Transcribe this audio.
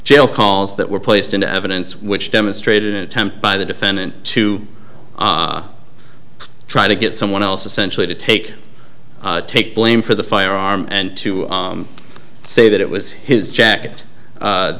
jail calls that were placed into evidence which demonstrated an attempt by the defendant to try to get someone else essentially to take take blame for the firearm and to say that it was his jacket